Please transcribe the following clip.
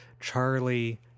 Charlie